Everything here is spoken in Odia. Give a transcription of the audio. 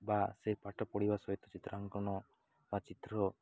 ବା ସେଇ ପାଠ ପଢ଼ିବା ସହିତ ଚିତ୍ରାଙ୍କନ ବା ଚିତ୍ର